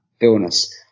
illness